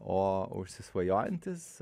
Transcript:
o užsisvajojantis